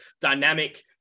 dynamic